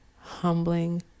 humbling